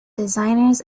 designers